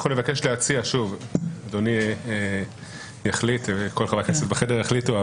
אנחנו נבקש להציע -- אדוני וחברי הכנסת בחדר יחליטו,